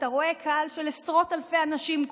אתה רואה קהל של עשרות אלפי אנשים,